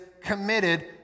committed